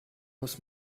muss